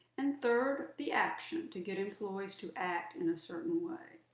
and third, the action to get employees to act in a certain way.